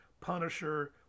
Punisher